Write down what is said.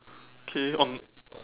okay on